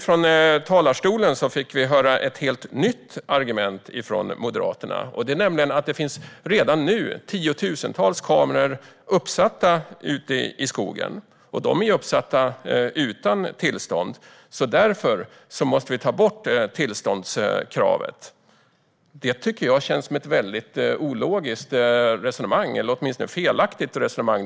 Från talarstolen fick vi nu höra ett helt nytt argument från Moderaterna, nämligen att det redan nu finns tiotusentals kameror uppsatta i skogen. De är uppsatta utan tillstånd, så därför måste vi ta bort tillståndskravet. Det tycker jag känns som ett väldigt ologiskt eller felaktigt resonemang.